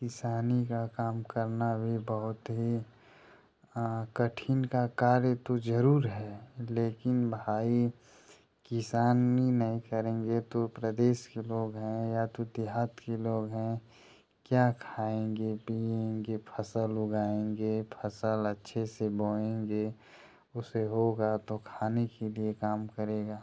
किसानी का काम करना भी बहोत ही कठिन का कार्य तो ज़रूर है लेकिन भाई किसानी नहीं करेंगे तो प्रदेश के लोग हैं या तो देहात के लोग हैं क्या खाएंगे पिएंगे फसल उगाएंगे फसल अच्छे से बोएंगे उसे होगा तो खाने के लिए काम करेगा